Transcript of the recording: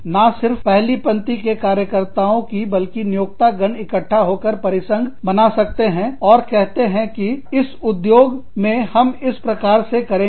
ना सिर्फ पहली पंक्ति के कार्यकर्ताओं की बल्कि नियोक्तागन इकट्ठा होकर परिसंघ बना सकते हैं और कहते हैं कि इस उद्योग में हम इस प्रकार से करेंगे